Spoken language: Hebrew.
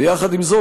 ויחד עם זאת,